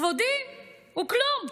כבודי הוא כלום,